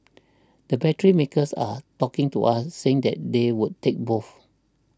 the battery makers are talking to us saying that they would take both